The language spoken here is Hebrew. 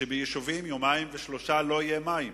שביישובים יומיים ושלושה ימים לא יהיו מים,